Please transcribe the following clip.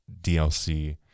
DLC